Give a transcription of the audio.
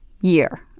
year